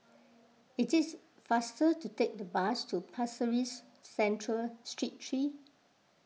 it is faster to take the bus to Pasir Ris Central Street three